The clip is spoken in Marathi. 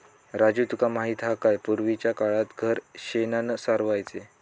राजू तुका माहित हा काय, पूर्वीच्या काळात घर शेणानं सारवायचे